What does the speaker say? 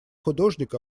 художник